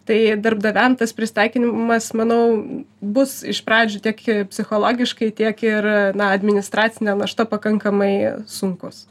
tai darbdaviam tas prisitaikinimas manau bus iš pradžių tiek psichologiškai tiek ir na administracinė našta pakankamai sunkus